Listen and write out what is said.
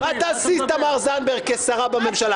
מה תעשי עם תמר זנדברג כשרה בממשלה?